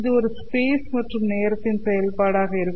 இது ஒரு ஸ்பேஸ் மற்றும் நேரத்தின் செயல்பாடாக இருக்கும்